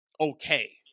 okay